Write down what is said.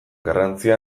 garrantzia